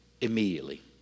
immediately